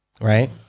right